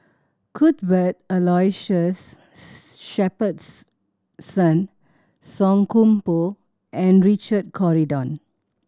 Cuthbert Aloysius Song Koon Poh and Richard Corridon